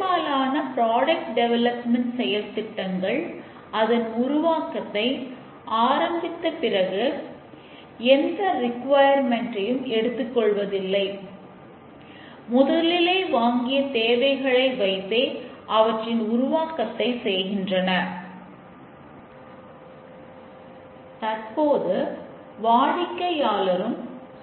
பல வருடங்களாக டெஸ்டிங் நுட்பங்களை சோதனையாளர்கள்